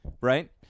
right